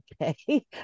okay